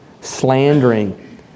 Slandering